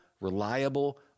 reliable